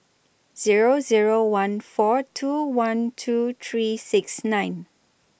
Zero Zero one four two one two three six nine